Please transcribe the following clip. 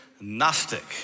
gnostic